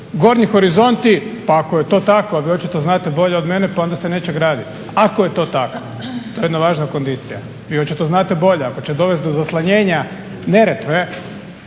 Gornji horizonti, pa ako je to tako jer vi očito znate bolje od mene pa onda se neće graditi, ako je to tako. To je jedna važna kondicija. Vi očito znate bolje. Ako će dovest do zaslanjenja Neretve,